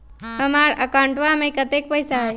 हमार अकाउंटवा में कतेइक पैसा हई?